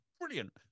Brilliant